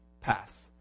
pass